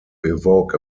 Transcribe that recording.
evoke